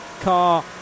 car